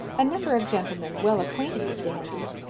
a number of gentlemen, well acquainted with dandie,